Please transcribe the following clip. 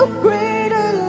greater